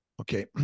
okay